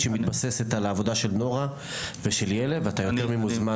שמתבססת על העבודה של נורה ואתה יותר ממוזמן.